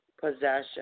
Possession